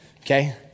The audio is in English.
Okay